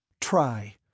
Try